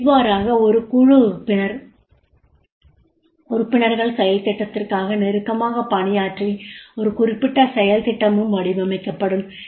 இவ்வாறாக ஒரு குழு உறுப்பினர்கள் செயல் திட்டத்திற்காக நெருக்கமாக பணியாற்றி ஒரு குறிப்பிட்ட செயல் திட்டமும் வடிவமைக்கப்பட வேண்டும்